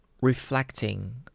reflecting